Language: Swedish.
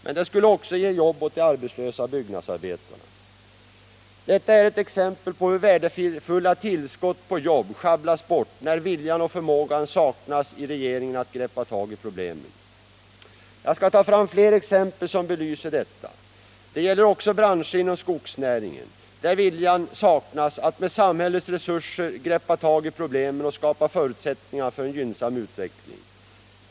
Men det skulle också ge jobb åt de arbetslösa byggnadsarbetarna. Detta är ett exempel på hur värdefulla tillskott på jobb schabblas bort när viljan och förmågan saknas i regeringen att greppa tag i problemen. Jag skall ta fram fler exempel som belyser detta. Det gäller också branscher inom skogsnäringen, där viljan saknas att med samhällets resurser greppa tag i problemen och skapa förutsättningar för en gynnsam utveckling.